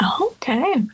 okay